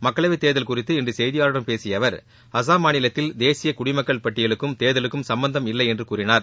மக்களவைத் தேர்தல் குறித்து இன்று செய்தியாளர்களிடம் பேசிய அவர் அசாம் மாநிலத்தில் தேசிய குடிமக்கள் பட்டியலுக்கும் தேர்தலுக்கும் சம்பந்தம் இல்லை என்று கூறினார்